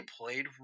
played